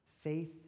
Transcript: faith